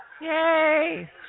Yay